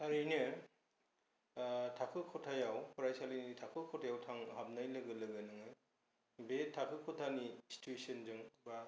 ओरैनो थाखो खथायाव फरायसालिनि थाखो खथायाव थां हाबनाय लोगो लोगोनो बे थाखो खथानि स्टुयेसनजों बा